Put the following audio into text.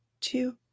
two